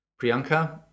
Priyanka